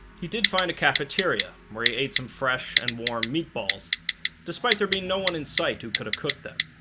he did find a cafeteria where he ate some fresh and warm meatballs despite there being no one in sight who could have cooked them